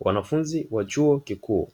Wanafunzi wa chuo kikuu